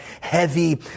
heavy